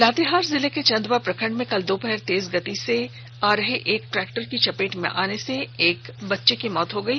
लातेहार जिले के चंदवा प्रखंड में कल दोपहर तेज गति से चल रहे एक ट्रैक्टर के धक्के से नौ वर्षीय बच्चे की मौत हो गई